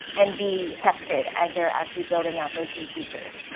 and, b tested as they're actually building out those new features.